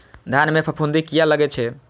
धान में फूफुंदी किया लगे छे?